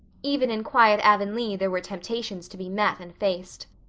even in quiet avonlea there were temptations to be met and faced.